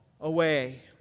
away